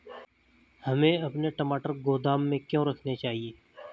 हमें अपने टमाटर गोदाम में क्यों रखने चाहिए?